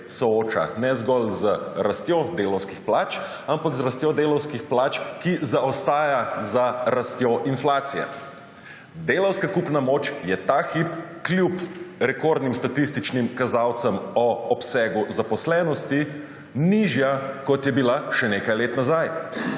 sooča ne zgolj z rastjo delavskih plač, ampak z rastjo delavskih plač, ki zaostaja za rastjo inflacije. Delavska kupna moč je ta hip kljub rekordnim statističnim kazalcem o obsegu zaposlenosti nižja, kot je bila še nekaj let nazaj.